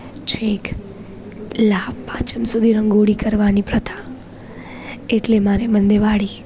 છેક લાભ પાંચમ સુધી રંગોળી કરવાની પ્રથા એટલે મારે મન દિવાળી